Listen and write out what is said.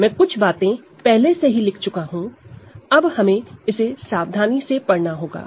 मैं कुछ बातें पहले से ही लिख चुका हूं अब हमें इसे सावधानी से पढ़ना होगा